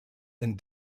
and